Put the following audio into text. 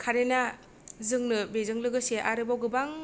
कारेन्टआ जोंनो बेजों लोगोसे आरोबाव गोबां